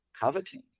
coveting